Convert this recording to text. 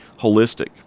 holistic